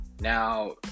Now